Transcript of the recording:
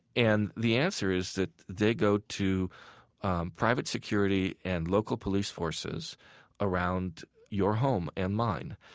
and the answer is that they go to private security and local police forces around your home and mine.